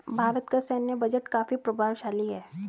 भारत का सैन्य बजट काफी प्रभावशाली है